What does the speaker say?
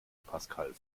pascal